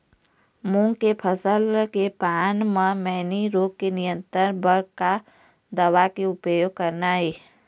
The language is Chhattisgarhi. मूंग के फसल के पान म मैनी रोग के नियंत्रण बर का दवा के उपयोग करना ये?